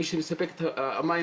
מי שמספק את המים,